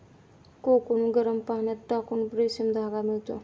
cocoon गरम पाण्यात टाकून रेशीम धागा मिळतो